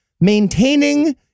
maintaining